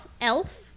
Elf